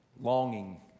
longing